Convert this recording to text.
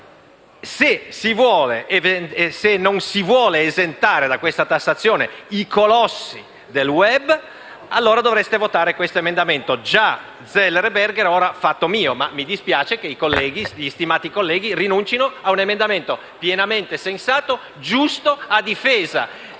se non si vuole esentare da questa tassazione i colossi del *web*, allora dovreste votare questo emendamento, già presentato dai senatori Zeller e Berger e ora fatto mio. Mi dispiace che gli stimati colleghi rinuncino ad un emendamento pienamente sensato, giusto, a difesa